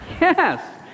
Yes